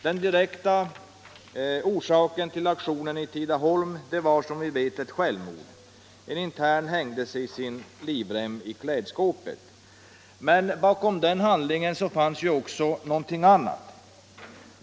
Den direkta orsaken till aktionen i Tidaholm var, som vi vet, ett självmord. En intern hängde sig i sin livrem i klädskåpet. Men bakom den handlingen fanns också någonting annat.